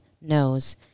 knows